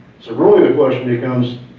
so really the question becomes,